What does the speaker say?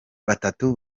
batatu